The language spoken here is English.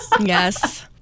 Yes